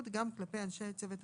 ולפשוט וכן ללבוש את בגדיו,